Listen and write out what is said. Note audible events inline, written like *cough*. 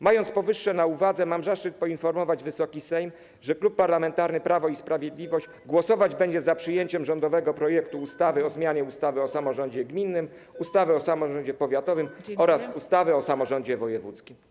Mając powyższe na uwadze, mam zaszczyt poinformować Wysoki Sejm, że Klub Parlamentarny Prawo i Sprawiedliwość będzie głosować za przyjęciem *noise* rządowego projektu ustawy o zmianie ustawy o samorządzie gminnym, ustawy o samorządzie powiatowym oraz ustawy o samorządzie województwa.